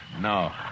No